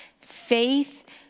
faith